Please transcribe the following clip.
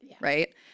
right